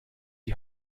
die